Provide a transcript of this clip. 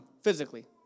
physically